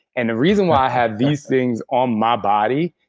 and the reason why i have these things on my body,